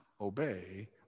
obey